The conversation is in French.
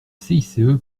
cice